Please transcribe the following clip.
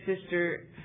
sister